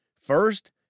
First